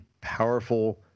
powerful